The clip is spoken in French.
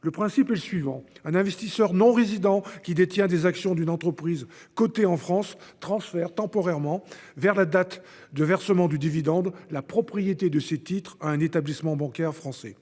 Le principe est le suivant : un investisseur non-résident qui détient des actions d'une entreprise cotée en France transfère temporairement, vers la date de versement du dividende, la propriété de ses titres à un établissement bancaire français.